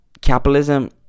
capitalism